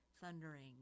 thundering